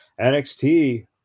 NXT